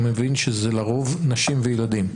אני מבין שזה לרוב נשים וילדים.